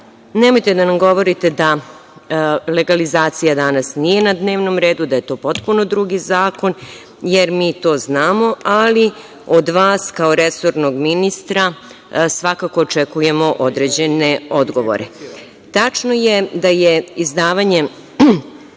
da nam govorite da legalizacija danas nije na dnevnom redu, da je to potpuno drugi zakon, jer mi to znamo, ali od vas kao resornog ministra svakako očekujemo određene odgovore. Tačno je da je izdavanje